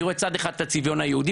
אני רואה צד אחד את הצביון היהודי